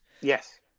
Yes